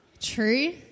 true